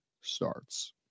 starts